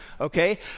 okay